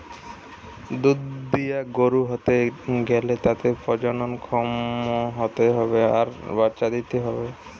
দুধ দিয়া গরু হতে গ্যালে তাকে প্রজনন ক্ষম হতে হবে আর বাচ্চা দিতে হবে